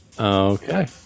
Okay